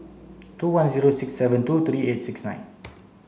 two one zero six seven two three eight six nine